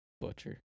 butcher